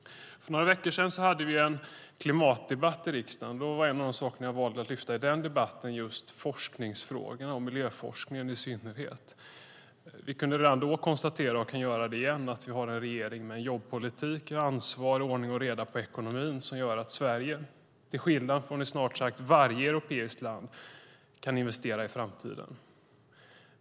För några veckor sedan hade vi en klimatdebatt i riksdagen. I den debatten valde jag att lyfta fram just forskningsfrågan och i synnerhet miljöforskningen. Vi kunde redan då konstatera, och kan göra det igen, att vi har en regering med en jobbpolitik, med ansvar och med ordning och reda på ekonomin, vilket gör att Sverige till skillnad från snart sagt varje europeiskt land kan investera i framtiden.